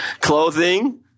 Clothing